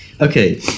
Okay